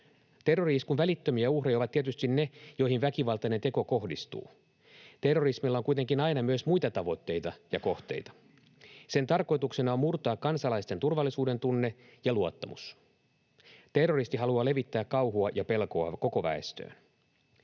Terrori-iskun välittömiä uhreja ovat tietysti ne, joihin väkivaltainen teko kohdistuu. Terrorismilla on kuitenkin aina myös muita tavoitteita ja kohteita. Sen tarkoituksena on murtaa kansalaisten turvallisuuden tunne ja luottamus. Terroristi haluaa levittää kauhua ja pelkoa koko väestöön.